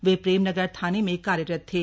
वे प्रेमनगर थाने में कार्यरत थे